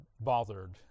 bothered